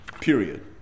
period